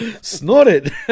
Snorted